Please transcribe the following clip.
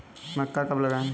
मक्का कब लगाएँ?